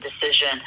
decision